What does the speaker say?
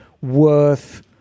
worth